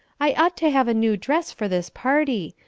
i ought to have a new dress for this party.